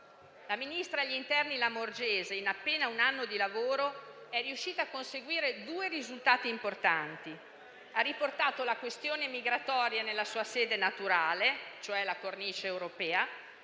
Il ministro dell'interno Lamorgese, in appena un anno di lavoro, è riuscita a conseguire due risultati importanti: ha riportato la questione migratoria nella sua sede naturale, cioè la cornice europea,